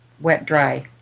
wet-dry